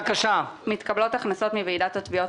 מתקבלות הכנסות מוועידת התביעות